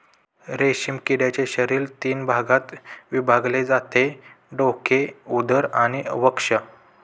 रेशीम किड्याचे शरीर तीन भागात विभागले जाते डोके, उदर आणि वक्ष